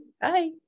Bye